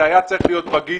זה היה צריך להיות בגיץ.